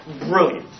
brilliant